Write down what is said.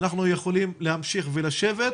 אנחנו יכולים להמשיך ולשבת,